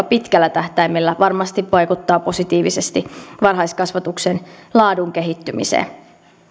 pitkällä tähtäimellä varmasti vaikuttaa positiivisesti varhaiskasvatuksen laadun kehittymiseen